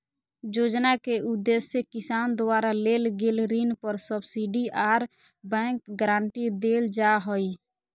योजना के उदेश्य किसान द्वारा लेल गेल ऋण पर सब्सिडी आर बैंक गारंटी देल जा हई